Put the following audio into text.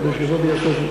כדי שיבוא ויעשה זאת.